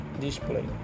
display